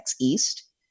East